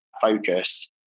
focused